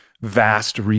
vast